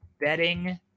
betting